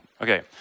okay